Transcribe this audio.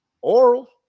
oral